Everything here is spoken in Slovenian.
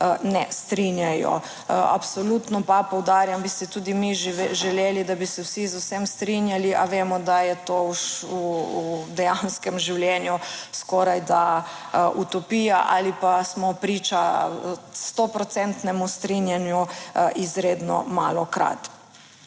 ne strinjajo. Absolutno pa poudarjam, bi si tudi mi želeli, da bi se vsi z vsem strinjali, a vemo, da je to v dejanskem življenju skorajda utopija ali pa smo priča sto procentnemu strinjanju izredno malokrat.